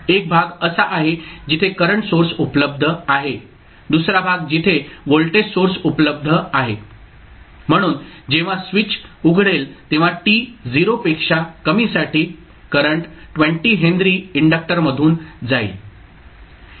एक भाग असा आहे जिथे करंट सोर्स उपलब्ध आहे दुसरा भाग जिथे व्होल्टेज सोर्स उपलब्ध आहे म्हणून जेव्हा स्विच उघडेल तेव्हा t 0 पेक्षा कमीसाठी करंट 20 हेनरी इंडक्टर मधून जाईल